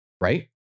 right